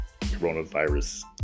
coronavirus